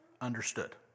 understood